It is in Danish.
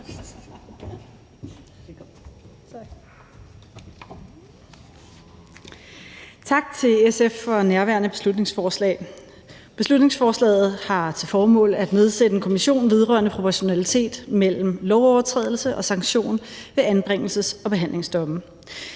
Tak til SF for nærværende beslutningsforslag. Beslutningsforslaget har til formål at nedsætte en kommission vedrørende proportionalitet mellem lovovertrædelse og sanktion ved anbringelses- og behandlingsdomme.